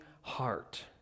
heart